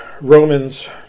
Romans